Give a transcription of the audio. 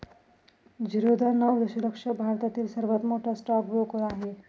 झिरोधा नऊ दशलक्ष भारतातील सर्वात मोठा स्टॉक ब्रोकर आहे